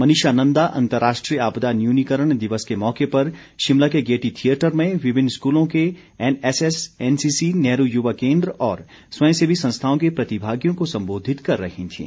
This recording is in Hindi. मनीषा नंदा अंतर्राष्ट्रीय आपदा न्यूनीकरण दिवस के मौके पर शिमला के गेयटी थियेटर में विभिन्न स्कूलों के एनएसएस एनसीसी नेहरू युवा केन्द्र और स्वयं सेवी संस्थाओं के प्रतिभागियों को संबोधित कर रही थीं